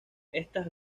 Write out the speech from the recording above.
estas